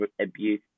abuse